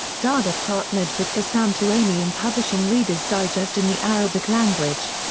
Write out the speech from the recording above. dahdah partnered with ghassan tueni in publishing reader's digest in the arabic language.